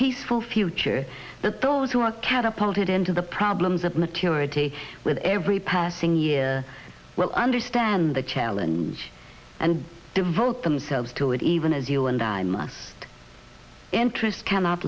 peaceful future that those who are catapulted into the problems of maturity with every passing year well understand the challenge and devote themselves to it even as you and i must interest cannot